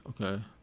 okay